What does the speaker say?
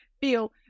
feel